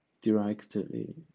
directly